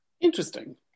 Interesting